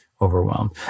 overwhelmed